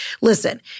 listen